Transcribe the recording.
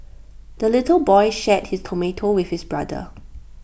the little boy shared his tomato with his brother